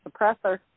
suppressor